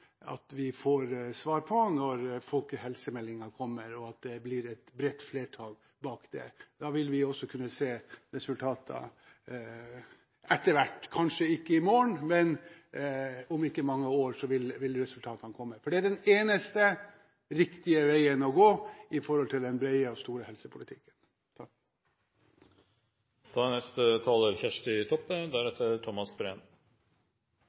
vi får svar på når folkehelsemeldingen kommer, og at det blir et bredt flertall bak den. Da vil vi også kunne se resultater etter hvert – kanskje ikke i morgen, men om ikke mange år vil resultatene komme. Det er den eneste riktige veien å gå når det gjelder den brede og store helsepolitikken. Dei sosiale og helsemessige forskjellane er